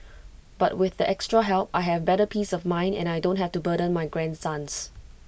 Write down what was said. but with the extra help I have better peace of mind and I don't have to burden my grandsons